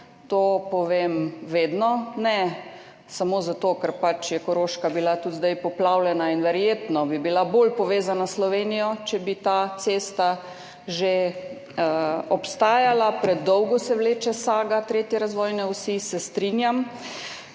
to povem vedno, ne samo zato, ker je Koroška bila tudi zdaj poplavljena in bi verjetno bila bolj povezana s Slovenijo, če bi ta cesta že obstajala. Predolgo se vleče saga 3. razvojne osi, se strinjam.